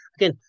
Again